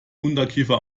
unterkiefer